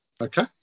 Okay